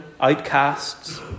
outcasts